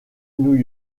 new